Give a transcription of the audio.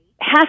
half